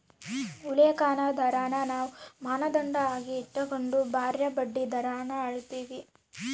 ಉಲ್ಲೇಖ ದರಾನ ನಾವು ಮಾನದಂಡ ಆಗಿ ಇಟಗಂಡು ಬ್ಯಾರೆ ಬಡ್ಡಿ ದರಾನ ಅಳೀತೀವಿ